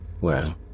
Well